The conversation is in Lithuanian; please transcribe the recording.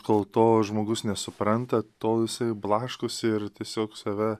kol to žmogus nesupranta tol jisai blaškosi ir tiesiog save